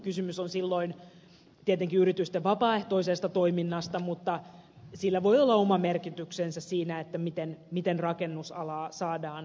kysymys on silloin tietenkin yritysten vapaaehtoisesta toiminnasta mutta sillä voi olla oma merkityksensä siinä miten rakennusalaa saadaan kuriin